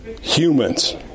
humans